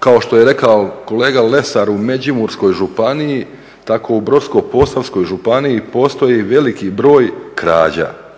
kao što je rekao kolega Lesar u Međimurskoj županiji, tako u Brodsko-posavskoj županiji postoji veliki broj krađa